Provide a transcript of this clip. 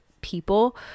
people